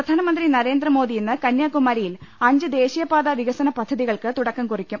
പ്രധാനമന്ത്രി ന്റര്ന്ദ്രമോദി ഇന്ന് കന്യാകുമാരിയിൽ അഞ്ച് ദേശീയപാതാ വികസ്ന പദ്ധതികൾക്ക് തുടക്കം കുറിക്കും